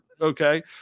Okay